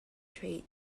traits